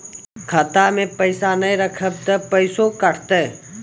खाता मे पैसा ने रखब ते पैसों कटते?